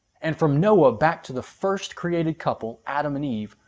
and from noah back to the first created couple, adam and eve,